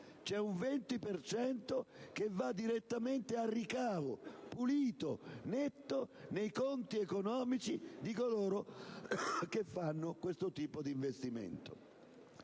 per cento che va direttamente nei ricavi, puliti e netti, dei conti economici di coloro che fanno questo tipo di investimento.